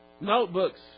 notebooks